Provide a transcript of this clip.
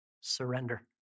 surrender